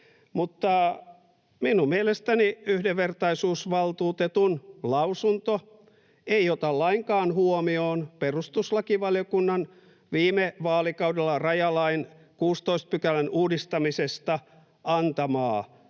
minun mielestäni yhdenvertaisuusvaltuutetun lausunto ei ota lainkaan huomioon perustuslakivaliokunnan viime vaalikaudella rajalain 16 §:n uudistamisesta antamaa